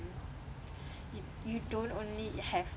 you you don't only have